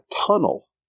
tunnel